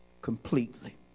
completely